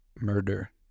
murder